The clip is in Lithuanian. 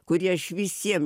kurį aš visiem